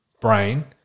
brain